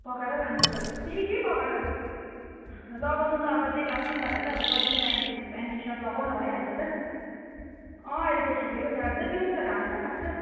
पकाएर लानुपर्छ होला तिमी के पकाएर लगाउनु त अब जे लगाउँदा पनि भइहाल्यो त अब सजिलो प्यान्ट टी सर्ट लगाउन भइहाल्छ त अँ अहिले त ठिकैको जाडो छ दिउँसो त घामै त लाग्छ